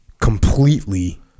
completely